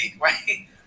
right